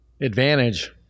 advantage